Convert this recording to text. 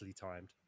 timed